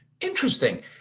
Interesting